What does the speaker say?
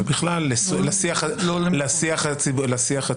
ובכלל לשיח הציבורי.